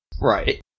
Right